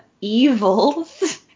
evils